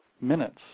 minutes